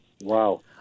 Wow